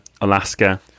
Alaska